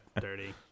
dirty